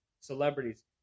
Celebrities